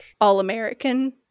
all-American